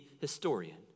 historian